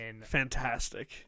fantastic